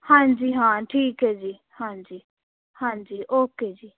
ਹਾਂਜੀ ਹਾਂ ਠੀਕ ਹੈ ਜੀ ਹਾਂਜੀ ਹਾਂਜੀ ਓਕੇ ਜੀ